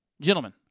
Gentlemen